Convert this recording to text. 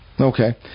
Okay